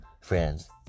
friends